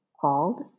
called